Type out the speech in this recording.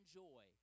joy